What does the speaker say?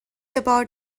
about